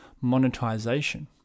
monetization